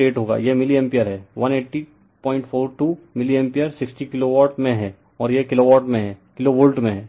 08 होगा यह मिलीएम्पियर है 18042 मिलीएम्पियर60 किलोवाट में है और यह किलोवोल्ट में है